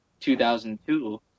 2002